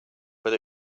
but